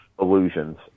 illusions